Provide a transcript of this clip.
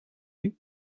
you